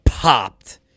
popped